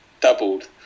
doubled